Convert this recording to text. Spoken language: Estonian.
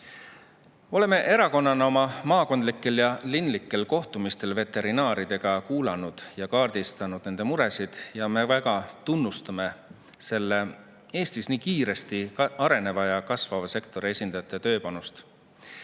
Oleme erakonnana oma maakondlikel ja linlikel kohtumistel veterinaaridega kuulanud ja kaardistanud nende muresid. Me väga tunnustame selle Eestis nii kiiresti areneva ja kasvava sektori esindajate tööpanust.